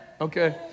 Okay